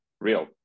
real